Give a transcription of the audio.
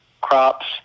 crops